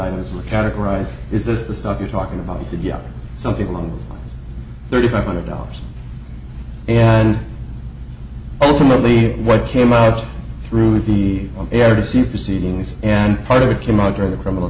was categorized is this the stuff you're talking about he said yeah something along those lines thirty five hundred dollars and ultimately what came out through the air to see proceedings and part of it came under the criminal